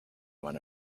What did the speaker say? one